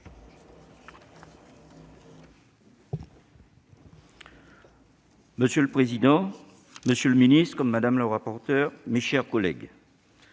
Monsieur le président, monsieur le ministre, madame la rapporteure, mes chers collègues,